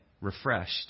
refreshed